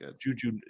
juju